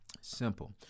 Simple